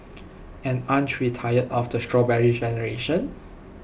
and aren't we tired of the Strawberry Generation